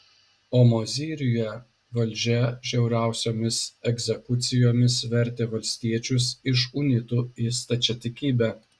o mozyriuje valdžia žiauriausiomis egzekucijomis vertė valstiečius iš unitų į stačiatikybę